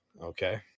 okay